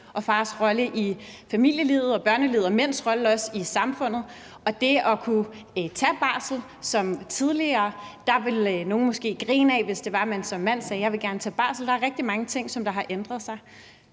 fars rolle i familielivet og børnelivet og også mænds rolle i samfundet. Og det at ville tage barsel ville nogle måske grine af tidligere, altså hvis man som mand sagde: Jeg vil gerne tage barsel. Der er rigtig mange ting, som har ændret sig.